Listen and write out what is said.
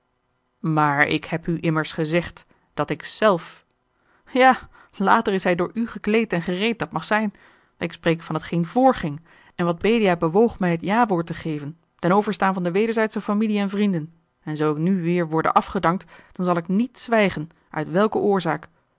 maar ik heb u immers gezegd dat ik zelf ja later is hij door u gekleed en gereed dat mag zijn ik spreek van t geen vrging en wat belia bewoog mij het jawoord te geven ten overstaan van de wederzijdsche familie en vrienden en zoo ik nu weer worde afgedankt dan zal ik niet zwijgen uit welke oorzaak